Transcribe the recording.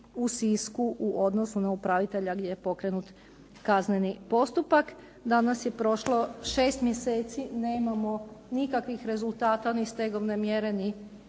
u Sisku u odnosu na upravitelja gdje je pokrenut kazneni postupak. Danas je prošlo 6 mjeseci, nemamo nikakvih rezultata ni stegovne mjere, ni